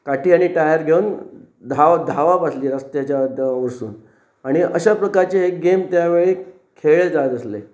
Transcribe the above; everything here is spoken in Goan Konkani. काटी आनी टायर घेवन धांवप आसली रस्त्याच्या वरसून आनी अशा प्रकारचे हे गेम त्या वेळी खेळळे जाय आसले